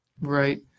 Right